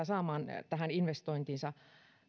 saamaan investointiinsa